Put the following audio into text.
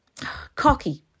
Cocky